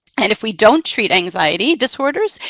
and if we don't treat anxiety disorders,